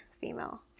female